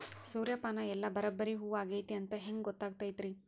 ಸೂರ್ಯಪಾನ ಎಲ್ಲ ಬರಬ್ಬರಿ ಹೂ ಆಗೈತಿ ಅಂತ ಹೆಂಗ್ ಗೊತ್ತಾಗತೈತ್ರಿ?